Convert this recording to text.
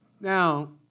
Now